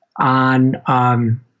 on –